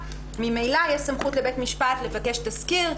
ממילא יש סמכות לבית משפט לבקש תסקיר,